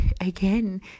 again